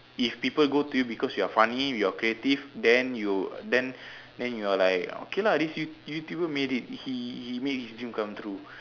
if people go to you because you are funny you are creative then you then then you are like okay lah this you~ YouTuber made it he he made his dream come true